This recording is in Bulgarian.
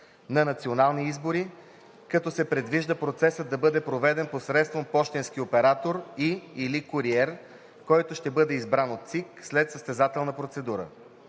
на национални избори, като се предвижда процесът да бъде проведен посредством пощенски оператор и/или куриер, който ще бъде избран от ЦИК след състезателна процедура.